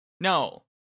No